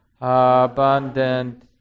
abundant